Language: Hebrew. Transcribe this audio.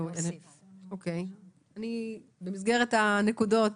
במסגרת הנקודות,